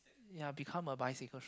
ya become a bicycle shop